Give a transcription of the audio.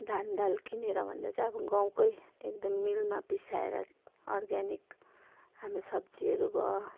धान दाल किनेर भन्दा चाहिँ अब गाउँकै एकदम मिलमा पिसाएर अर्ग्यानिक हाम्रो सब्जीहरू भयो